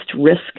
risk